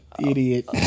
Idiot